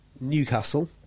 Newcastle